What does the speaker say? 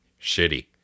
Shitty